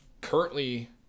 currently